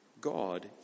God